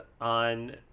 on